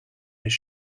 his